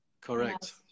Correct